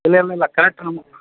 ಇಲ್ಲ ಇಲ್ಲ ಇಲ್ಲ ಕರೆಕ್ಟ್ ನಮ್ಮ